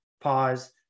pause